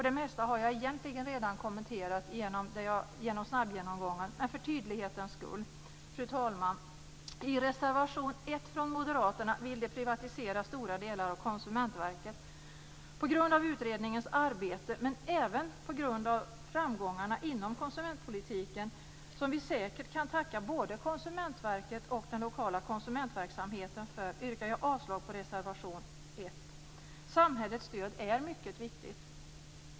Det mesta har jag egentligen redan kommenterat i snabbgenomgången, men för tydlighetens skull vill jag tillägga något. Fru talman! I reservation 1 från moderaterna vill de privatisera stora delar av Konsumentverket. På grund av utredningens arbete men även på grund av framgångarna inom konsumentpolitiken, som vi säkert kan tacka både Konsumentverket och den lokala konsumentverksamheten för, yrkar jag avslag på reservation 1. Samhällets stöd är mycket viktigt!